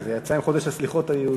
זה יצא עם חודש הסליחות היהודי.